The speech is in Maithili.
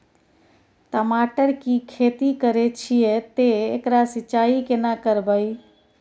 टमाटर की खेती करे छिये ते एकरा सिंचाई केना करबै?